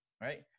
right